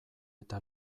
eta